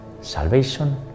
salvation